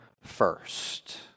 first